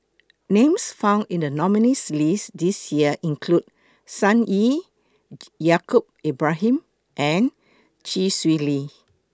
Names found in The nominees' list This Year include Sun Yee Yaacob Ibrahim and Chee Swee Lee